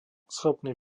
schopný